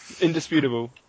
Indisputable